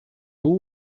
two